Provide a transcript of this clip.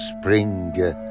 Spring